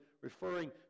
referring